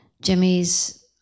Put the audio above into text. Jimmy's